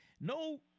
No